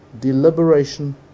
deliberation